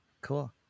Cool